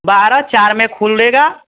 बारा चार में खुलेगा